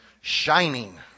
Shining